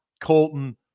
Colton